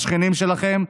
לשכנים שלכם,